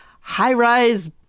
high-rise